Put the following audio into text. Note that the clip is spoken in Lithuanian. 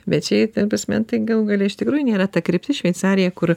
bet šiaip ta prasme tai gal galų gale iš tikrųjų nėra ta kryptis šveicarija kur